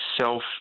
self